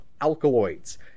alkaloids